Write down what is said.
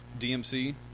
DMC